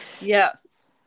yes